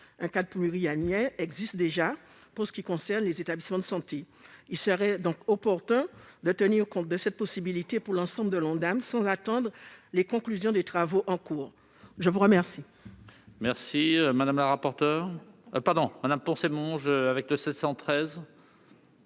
Un cadre pluriannuel existe déjà pour les ressources des établissements de santé. Il serait donc opportun de tenir compte de cette possibilité pour l'ensemble de l'Ondam, sans attendre les conclusions des travaux en cours. L'amendement